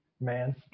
man